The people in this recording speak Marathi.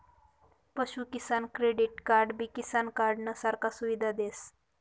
पशु किसान क्रेडिट कार्डबी किसान कार्डनं सारखा सुविधा देस